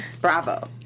Bravo